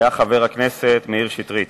היה חבר הכנסת מאיר שטרית.